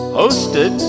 hosted